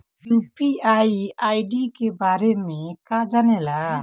UPI ID के बारे में का जाने ल?